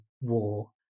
war